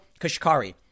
Kashkari